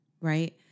Right